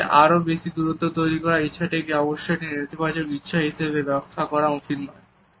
তবে আরও বেশি দূরত্ব তৈরি করার এই ইচ্ছাটিকে অবশ্যই একটি নেতিবাচক ইচ্ছা হিসাবে ব্যাখ্যা করা উচিত নয়